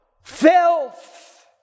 filth